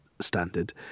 standard